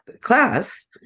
class